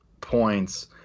points